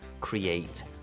create